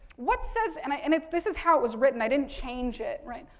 what says, and i, and it, this is how it was written, i didn't change it, right.